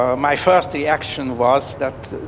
ah my first reaction was that,